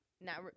Now